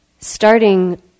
starting